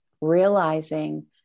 realizing